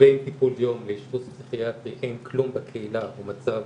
בין טיפול יום לאשפוז פסיכיאטרי אין כלום בקהילה הוא מצב